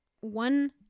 one